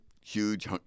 huge